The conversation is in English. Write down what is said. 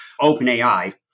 OpenAI